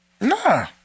Nah